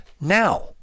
Now